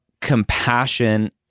compassion